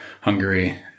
Hungary